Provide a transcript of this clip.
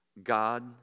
God